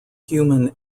human